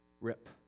rip